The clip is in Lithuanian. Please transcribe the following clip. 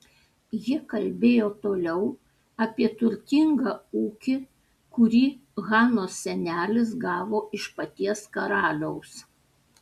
ji kalbėjo toliau apie turtingą ūkį kurį hanos senelis gavo iš paties karaliaus